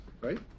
right